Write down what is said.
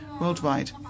worldwide